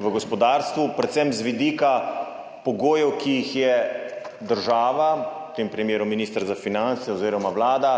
v gospodarstvu, predvsem z vidika pogojev, ki jih je država, v tem primeru minister za finance oziroma vlada,